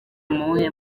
muwuhe